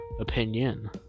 opinion